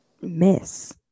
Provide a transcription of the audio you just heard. miss